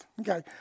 Okay